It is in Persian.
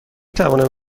توانم